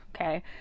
okay